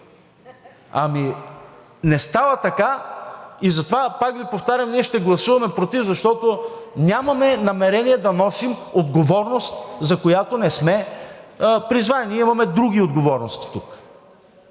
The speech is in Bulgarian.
Не става така и затова пак Ви повтарям: ние ще гласуваме против, защото нямаме намерение да носим отговорност, за която не сме призвани. Ние тук имаме други отговорности.